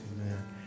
Amen